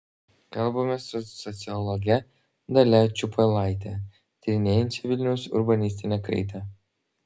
kalbamės su sociologe dalia čiupailaite tyrinėjančia vilniaus urbanistinę kaitą